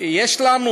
יש לנו